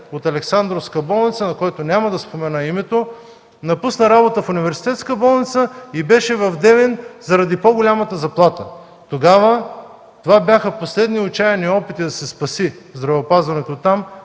от Александровска болница, на когото няма да спомена името, напусна работа в Университетска болница и беше в Девин заради по-високата заплата. Тогава това бяха последните отчаяни опити да се спаси здравеопазването там,